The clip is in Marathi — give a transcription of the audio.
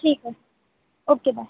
ठीक आहे ओके बाय